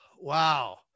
Wow